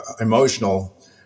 emotional